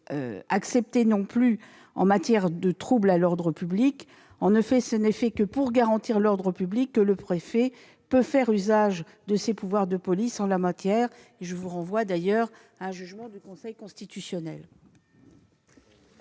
être acceptée non plus en matière de troubles à l'ordre public. En effet, c'est seulement pour garantir l'ordre public que le préfet peut faire usage de ses pouvoirs de police en la matière. Je vous renvoie d'ailleurs, sur ce sujet, à une décision du Conseil constitutionnel.